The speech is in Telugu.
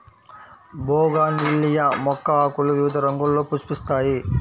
బోగాన్విల్లియ మొక్క ఆకులు వివిధ రంగుల్లో పుష్పిస్తాయి